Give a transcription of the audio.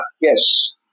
Yes